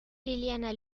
liliana